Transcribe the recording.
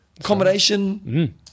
accommodation